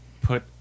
put